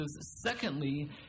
Secondly